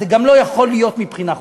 וזה גם לא יכול להיות מבחינה חוקית,